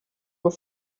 were